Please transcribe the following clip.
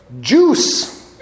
Juice